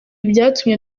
byatumye